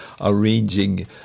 arranging